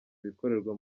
ibikorerwa